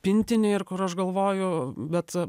pintinė ir kur aš galvoju bet